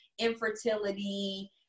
infertility